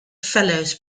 fellows